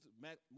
Matt